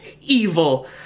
evil